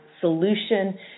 solution